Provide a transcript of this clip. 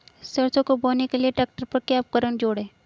सरसों को बोने के लिये ट्रैक्टर पर क्या उपकरण जोड़ें?